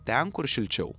ten kur šilčiau